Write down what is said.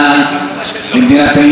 ואין עוררין על כך.